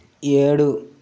ఏడు